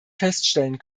feststellen